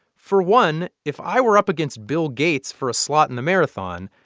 for one, if i were up against bill gates for a slot in the marathon,